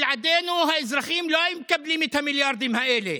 בלעדינו האזרחים לא היו מקבלים את המיליארדים האלה.